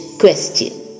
question